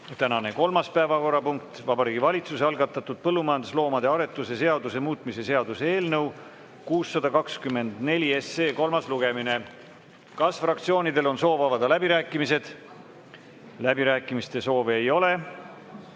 Tänane kolmas päevakorrapunkt: Vabariigi Valitsuse algatatud põllumajandusloomade aretuse seaduse muutmise seaduse eelnõu 624 kolmas lugemine. Kas fraktsioonidel on soov avada läbirääkimised? Läbirääkimiste soovi ei ole.